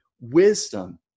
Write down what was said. wisdom